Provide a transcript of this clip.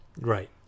Right